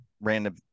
Random